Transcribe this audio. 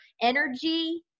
energy